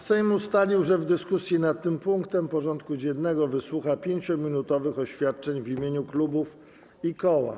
Sejm ustalił, że w dyskusji nad tym punktem porządku dziennego wysłucha 5-minutowych oświadczeń w imieniu klubów i koła.